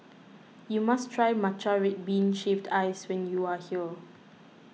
you must try Matcha Red Bean Shaved Ice when you are here